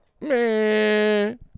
man